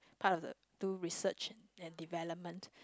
part of the two research and development